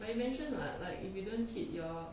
but you mention [what] like if you don't hit your